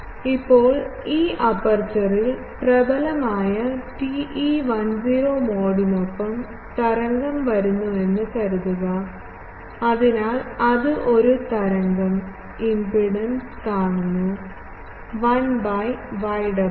ഇപ്പോൾ ഈ അപ്പർച്ചറിൽ പ്രബലമായ TE10 മോഡിനൊപ്പം തരംഗം വരുന്നുവെന്ന് കരുതുക അതിനാൽ അത് ഒരു തരംഗം ഇംപെഡൻസ് കാണുന്നു 1 by yw